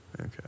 Okay